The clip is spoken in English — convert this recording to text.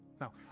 Now